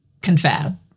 confab